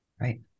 Right